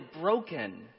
broken